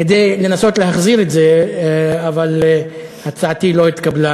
כדי לנסות להחזיר את זה, אבל הצעתי לא התקבלה,